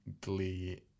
Glee